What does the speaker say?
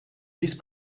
vice